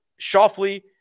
Shoffley